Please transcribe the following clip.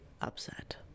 upset